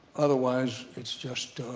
otherwise, it's just